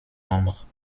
l’ombre